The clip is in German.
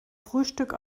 frühstück